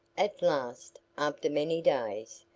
at last, after many days,